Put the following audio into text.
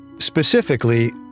Specifically